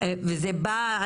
וזה בא,